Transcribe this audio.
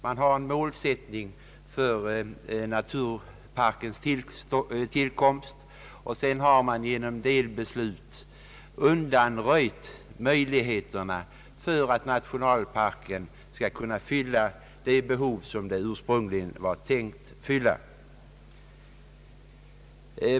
Man har en målsättning vid naturparkens tillkomst, men sedan har man genom delbeslut undanröjt möjligheterna för att nationalparken skall kunna fylla det behov som den ursprungligen var tänkt att fylla.